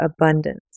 abundance